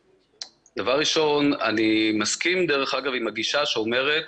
אני מסכים, דרך אגב, עם הגישה שאומרת